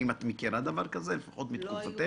האם את מכירה דבר כזה, לפחות בתקופתך?